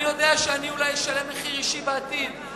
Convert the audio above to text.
אני יודע שאני אולי אשלם מחיר אישי בעתיד,